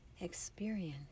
experience